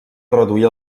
reduir